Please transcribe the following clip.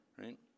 right